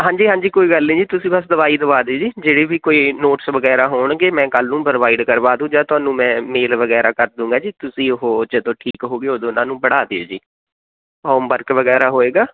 ਹਾਂਜੀ ਹਾਂਜੀ ਕੋਈ ਗੱਲ ਨਹੀਂ ਜੀ ਤੁਸੀਂ ਬਸ ਦਵਾਈ ਦਵਾ ਦਿਓ ਜੀ ਜਿਹੜੇ ਵੀ ਕੋਈ ਨੋਟਸ ਵਗੈਰਾ ਹੋਣਗੇ ਮੈਂ ਕੱਲ੍ਹ ਨੂੰ ਪ੍ਰੋਵਾਈਡ ਕਰਵਾ ਦਉ ਜਾਂ ਤੁਹਾਨੂੰ ਮੈਂ ਮੇਲ ਵਗੈਰਾ ਕਰ ਦਉਂਗਾ ਜੀ ਤੁਸੀਂ ਉਹ ਜਦੋਂ ਠੀਕ ਹੋ ਗਈ ਉਦੋਂ ਉਹਨਾਂ ਨੂੰ ਪੜ੍ਹਾ ਦਿਓ ਜੀ ਹੋਮ ਵਰਕ ਵਗੈਰਾ ਹੋਵੇਗਾ